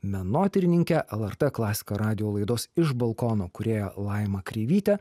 menotyrininkę lrt klasika radijo laidos iš balkono kūrėją laimą kreivytę